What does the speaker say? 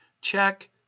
Check